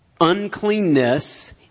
uncleanness